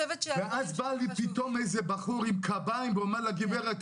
ואז בא עם בחור עם קביים ואומר לה: גברת,